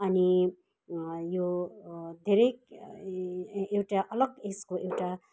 अनि यो धेरै एउटा अलग यसको एउटा